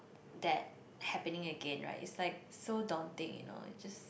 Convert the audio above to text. that happening again right is like so daunting you know